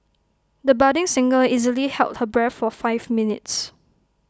the budding singer easily held her breath for five minutes